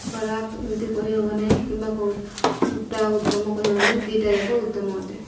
ଖରାପ ଏମିତି କହିହବ ନାହିଁ କିମ୍ବା କେଉଁଟା ଉତ୍ତମ କହିହବ ନାହିଁ ଦୁଇଟାଯାକ ଉତ୍ତମ ଅଟେ